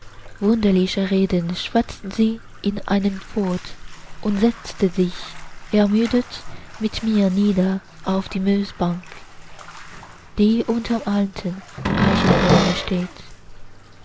reden schwatzt sie in einem fort und setzte sich ermüdet mit mir nieder auf die moosbank die unterm alten eichenbaume steht